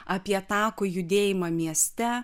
apie takų judėjimą mieste